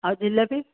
ଆଉ ଜିଲାପି